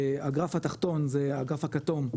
הגרף התחתון זה הגרף הכתום,